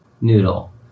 Noodle